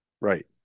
Right